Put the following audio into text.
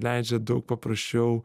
leidžia daug paprasčiau